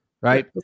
Right